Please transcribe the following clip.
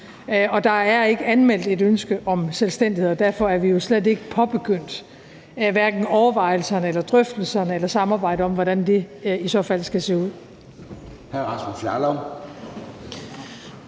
Og der er ikke anmeldt et ønske om selvstændighed, og derfor er vi jo slet ikke påbegyndt hverken overvejelserne, drøftelserne eller samarbejdet om, hvordan det i så fald skal se ud.